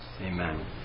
Amen